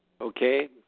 Okay